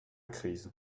crise